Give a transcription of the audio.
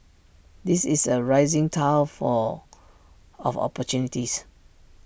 this is A rising tile for of opportunities